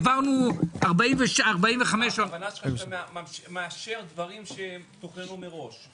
העברנו 45 --- הכוונה שלך שאתה מאשר דברים שתוכננו מראש?